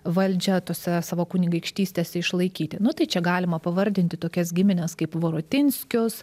valdžią tose savo kunigaikštystėse išlaikyti nu tai čia galima pavardinti tokias gimines kaip vorotinskius